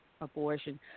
abortion